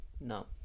No